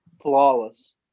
Flawless